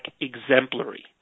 exemplary